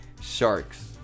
sharks